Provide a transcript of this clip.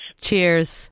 Cheers